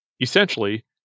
Essentially